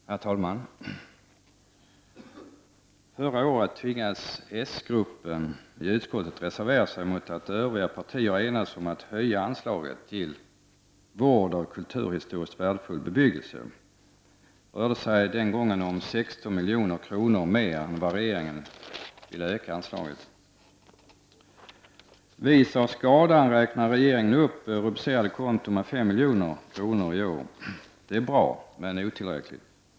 Herr talman! Förra året tvingades s-gruppen i utskottet reservera sig mot att övriga partier enades om att höja anslaget till Vård av kulturhistoriskt värdefull bebyggelse. Det rörde sig den gången om 16 milj.kr. mer än vad regeringen ville öka anslaget med. Vis av skadan räknar regeringen upp nämnda anslag med 5 milj.kr. Det är bra men otillräckligt.